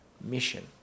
mission